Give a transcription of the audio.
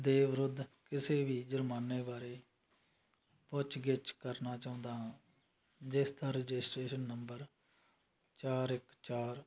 ਦੇ ਵਿਰੁੱਧ ਕਿਸੇ ਵੀ ਜੁਰਮਾਨੇ ਬਾਰੇ ਪੁੱਛਗਿੱਛ ਕਰਨਾ ਚਾਹੁੰਦਾ ਹਾਂ ਜਿਸ ਦਾ ਰਜਿਸਟ੍ਰੇਸ਼ਨ ਨੰਬਰ ਚਾਰ ਇੱਕ ਚਾਰ